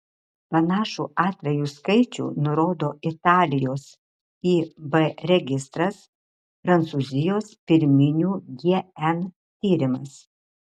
panašų atvejų skaičių nurodo italijos ib registras prancūzijos pirminių gn tyrimas